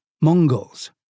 Mongols